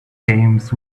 games